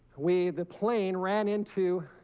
we the plane ran into